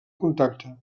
contacte